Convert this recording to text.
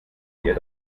ihr